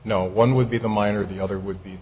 no one would be the miner the other would be